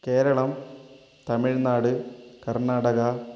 Keralam Tamil Nadu Karnataka